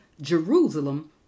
Jerusalem